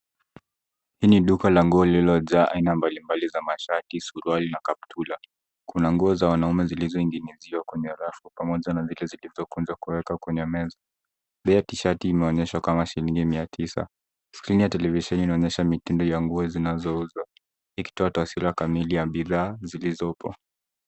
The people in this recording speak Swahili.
Hii ni duka la nguo lililojaa aina mbalimbali za mashati, suruali na kaptura. Kuna nguo za wanaume zilizoning'iniziwa kwenye rafu pamoja na zile zilizokunjwa na kuwekwa kwenye meza. Bei ya tishati imeonyeshwa kama shilingi mia sita. Skrini ya televisheni imeonyesha mitindo ya nguo zinazouzwa ikitoa taswira kamili ya bidhaa zilizopo.